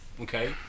okay